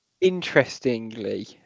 Interestingly